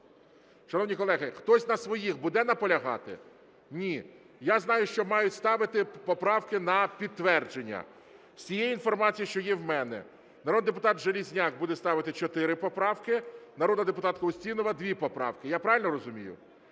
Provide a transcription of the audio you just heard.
шановні колеги, хтось на своїх буде наполягати? Ні. Я знаю, що мають ставити поправки на підтвердження. З цієї інформації, що є в мене, народний депутат Железняк буде ставити чотири поправки, народна депутатка Устінова – дві поправки. Я правильно розумію?